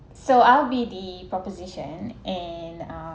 so I'll be the proposition and uh